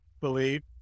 believe